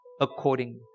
accordingly